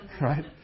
Right